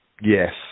Yes